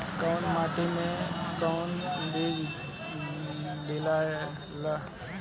कौन माटी मे कौन बीज दियाला?